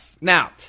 Now